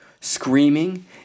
screaming